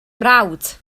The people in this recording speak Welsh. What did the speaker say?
mrawd